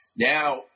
Now